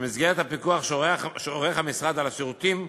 שבמסגרת הפיקוח שעורך המשרד על השירותים,